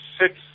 six